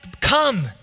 come